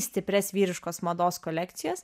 stiprias vyriškos mados kolekcijas